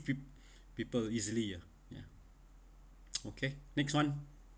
peop~ people easily ya ya okay next [one]